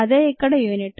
అదే ఇక్కడ యూనిట్